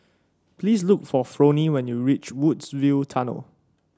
please look for Fronie when you reach Woodsville Tunnel